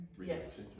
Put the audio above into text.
Yes